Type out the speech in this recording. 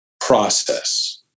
process